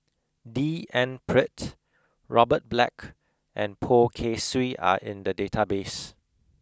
D N Pritt Robert Black and Poh Kay Swee are in the database